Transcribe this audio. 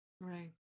right